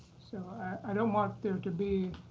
so i don't want there to be